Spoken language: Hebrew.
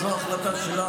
אז מה אתה רוצה שאני אעשה?